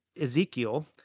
Ezekiel